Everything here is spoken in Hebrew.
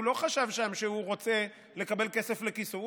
הוא לא חשב שם שהוא רוצה לקבל כסף לכיסו.